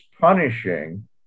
punishing